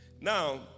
Now